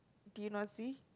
did you not see